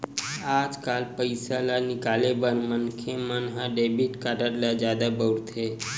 आजकाल पइसा ल निकाले बर मनखे मन ह डेबिट कारड ल जादा बउरथे